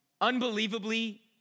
unbelievably